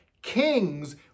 Kings